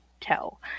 tell